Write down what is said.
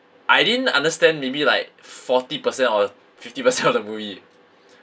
I didn't understand maybe like forty percent or fifty percent of the movie